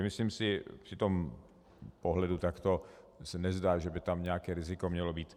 Myslím si při tom pohledu takto, že se nezdá, že by tam nějaké riziko mělo být.